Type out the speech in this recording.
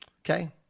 Okay